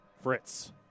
Fritz